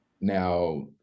now